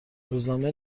روزنامه